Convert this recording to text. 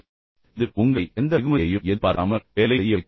எது உங்களை எந்தவொரு வெகுமதியையும் எதிர்பார்க்காமல் உங்களை வேலை செய்ய வைக்கும்